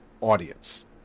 audience